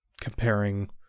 comparing